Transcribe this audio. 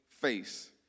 face